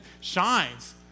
shines